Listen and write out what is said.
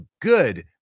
good